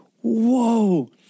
Whoa